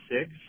six